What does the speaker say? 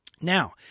Now